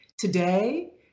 Today